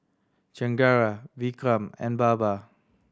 Chengara Vikram and Baba